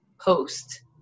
post